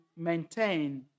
maintain